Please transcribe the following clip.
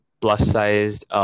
plus-sized